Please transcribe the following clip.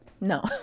No